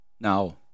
Now